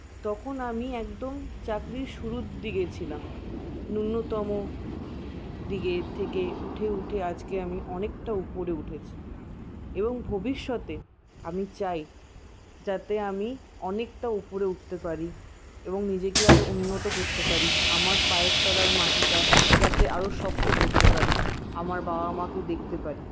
তখন আমি একদম চাকরির শুরুর দিকে ছিলাম ন্যূনতম দিকের থেকে উঠে উঠে আজকে আমি অনেকটা উপরে উঠেছি এবং ভবিষ্যতে আমি চাই যাতে আমি অনেকটা উপরে উঠতে পারি এবং নিজেকে আরও উন্নত করতে পারি আমার পায়ের তলার মাটিটা যাতে আরো শক্ত করতে পারি আমার বাবা মাকে দেখতে পারি